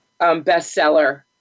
bestseller